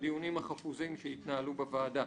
בדיונים החפוזים שהתנהלו בוועדה.